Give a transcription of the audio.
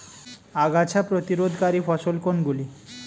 আগাছা প্রতিরোধকারী ফসল কোনগুলি?